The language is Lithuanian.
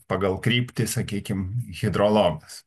pagal kryptį sakykim hidrologas